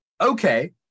okay